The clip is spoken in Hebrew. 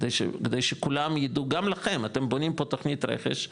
כדי שכולם ידעו, גם לכם, אתם בונים פה תוכנית רכש,